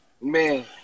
man